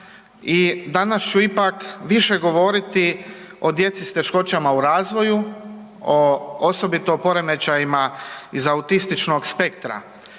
i danas ću ipak više govoriti o djeci s teškoćama u razvoju, o osobito poremećajima iz autističnog spektra,